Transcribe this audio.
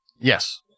Yes